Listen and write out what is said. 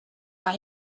but